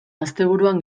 asteburuan